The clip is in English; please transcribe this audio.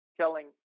telling